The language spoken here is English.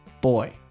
boy